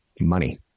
money